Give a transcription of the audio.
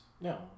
No